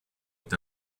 est